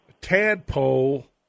tadpole